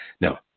Now